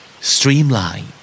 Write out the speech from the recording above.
Streamline